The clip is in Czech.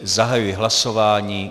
Zahajuji hlasování.